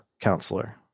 counselor